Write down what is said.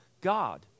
God